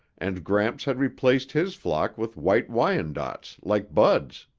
and gramps had replaced his flock with white wyandottes like bud's.